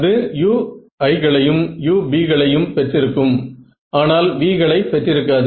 அது 120 என்று உங்களுக்கு தெரியும்